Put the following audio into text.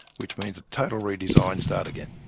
which means a total redesign, start again.